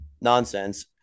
nonsense